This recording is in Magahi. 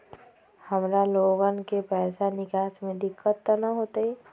हमार लोगन के पैसा निकास में दिक्कत त न होई?